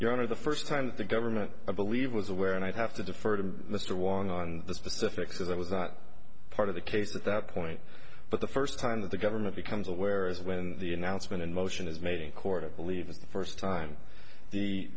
your honor the first time that the government i believe was aware and i'd have to defer to mr wong on the specifics as i was not part of the case at that point but the first time that the government becomes aware is when the announcement in motion is made in court and believe is the first time the